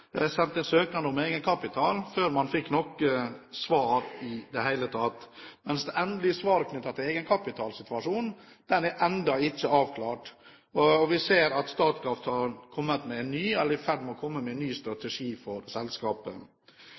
sendte søknad om egenkapital, før man fikk noe svar i det hele tatt, mens det endelige svaret knyttet til egenkapitalsituasjonen er ennå ikke avklart. Vi ser at Statkraft er i ferd med å komme med en ny strategi for selskapet.